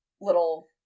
little